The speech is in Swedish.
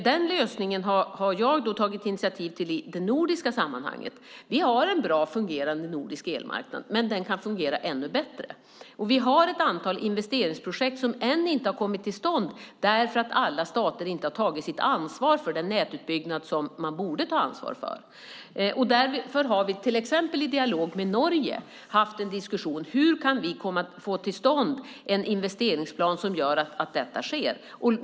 Den lösningen har jag i det nordiska sammanhanget tagit initiativ till. Vi har en bra fungerande nordisk elmarknad, men den kan fungera ännu bättre. Vi har också ett antal investeringsprojekt som ännu inte kommit till stånd därför att inte alla stater tagit sitt ansvar för den nätutbyggnad som man borde ta ansvar för. Därför har vi till exempel i dialog med Norge haft en diskussion om hur vi kan få till stånd en investeringsplan som gör att det här sker.